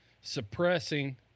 suppressing